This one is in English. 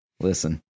listen